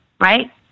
right